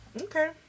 Okay